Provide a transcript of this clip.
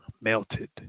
Melted